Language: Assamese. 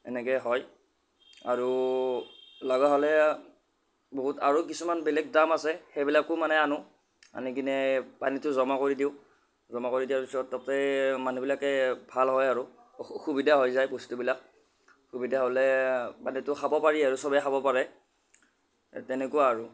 এনেকৈ হয় আৰু লগা হ'লে বহুত আৰু কিছুমান বেলেগ ড্ৰাম আছে সেইবিলাকো মানে আনোঁ আনি কিনে পানীটো জমা কৰি দিওঁ জমা কৰি দিয়াৰ পিছত তাতে মানুহবিলাকে ভাল হয় আৰু সুবিধা হৈ যায় বস্তুবিলাক সুবিধা হ'লে পানীটো খাব পাৰি আৰু চবেই খাব পাৰে তেনেকুৱা আৰু